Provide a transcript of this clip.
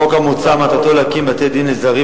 מטרת החוק המוצע להקים בית-דין לזרים,